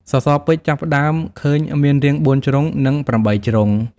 សសរពេជ្រចាប់ផ្ដើមឃើញមានរាង៤ ជ្រុង និង ៨ ជ្រុង។